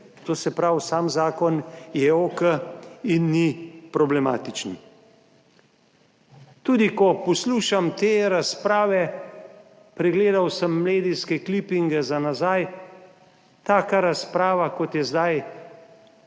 To se pravi, sam zakon je OK in ni problematičen. Tudi, ko poslušam te razprave, pregledal sem medijske klipinge za nazaj, taka razprava kot je zdaj,